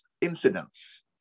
incidents